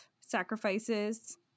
sacrifices